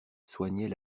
soignait